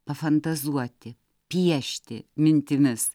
pafantazuoti piešti mintimis